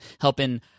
helping